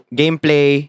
gameplay